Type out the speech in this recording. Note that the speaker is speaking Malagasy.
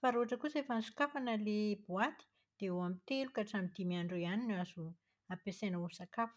Fa raha ohatra kosa efa nosokafana ilay boaty dia eo amin'ny telo ka hatramin'ny dimy andro eo ihany no azo ampiasaina amin'ny sakafo.